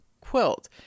quilt